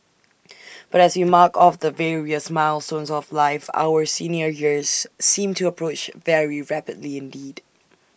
but as we mark off the various milestones of life our senior years seem to approach very rapidly indeed